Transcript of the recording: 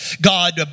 God